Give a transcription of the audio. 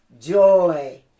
Joy